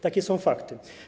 Takie są fakty.